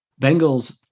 Bengals